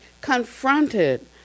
confronted